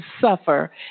suffer